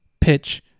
pitch